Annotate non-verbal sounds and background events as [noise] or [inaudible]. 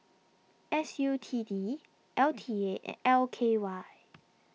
S U T D L T A [noise] and L K Y